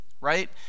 right